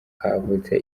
havutse